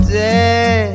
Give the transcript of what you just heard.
dead